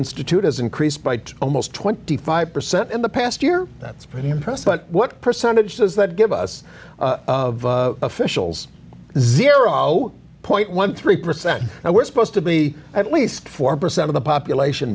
institute has increased by almost twenty five percent in the past year that's pretty impressive but what percentage does that give us officials zero point one three percent and we're supposed to be at least four percent of the population